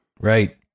Right